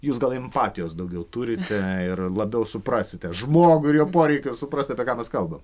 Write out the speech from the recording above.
jūs gal empatijos daugiau turite ir labiau suprasite žmogų ir jo poreikius suprasti apie ką mes kalbam